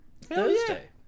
Thursday